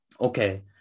okay